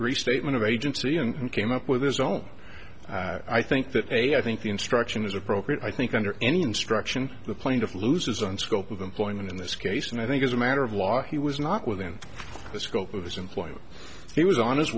restatement of agency and came up with his own i think that a i think the instruction is appropriate i think under any instruction the plaintiff loses and scope of employment in this case and i think as a matter of law he was not within the scope of his employer he was on his